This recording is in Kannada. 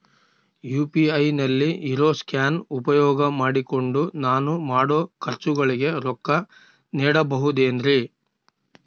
ಯು.ಪಿ.ಐ ನಲ್ಲಿ ಇರೋ ಸ್ಕ್ಯಾನ್ ಉಪಯೋಗ ಮಾಡಿಕೊಂಡು ನಾನು ಮಾಡೋ ಖರ್ಚುಗಳಿಗೆ ರೊಕ್ಕ ನೇಡಬಹುದೇನ್ರಿ?